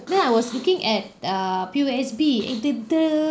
then I was speaking at err P_O_S_B eh the the